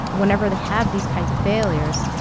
whenever they have these kinds of failures,